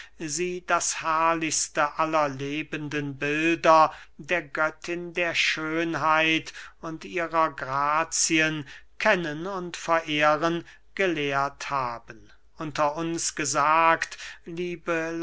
sie das herrlichste aller lebenden bilder der göttin der schönheit und ihrer grazien kennen und verehren gelehrt haben unter uns gesagt liebe